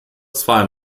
zwei